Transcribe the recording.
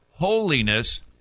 holiness